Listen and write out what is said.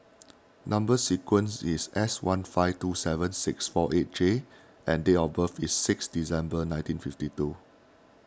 Number Sequence is S one five two seven six four eight J and date of birth is six December nineteen fifty two